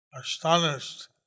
astonished